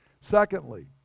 Secondly